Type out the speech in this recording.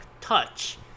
touch